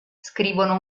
scrivono